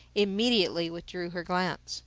immediately withdrew her glance